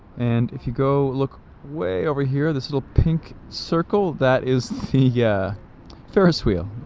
and if you go look way over here, this little pink circle, that is the yeah ferris wheel,